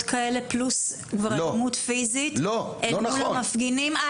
כאלה פלוס אלימות פיזית אל מול מפגינים.